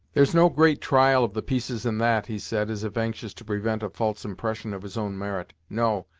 there's no great trial of the pieces in that! he said, as if anxious to prevent a false impression of his own merit. no,